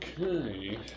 Okay